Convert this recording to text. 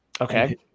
Okay